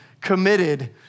committed